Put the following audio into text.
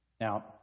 Now